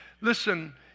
listen